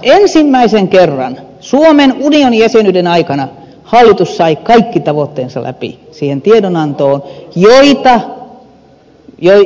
satonen ensimmäisen kerran suomen unionijäsenyyden aikana hallitus sai kaikki tavoitteensa läpi siihen tiedonantoon